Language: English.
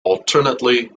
alternately